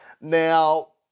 Now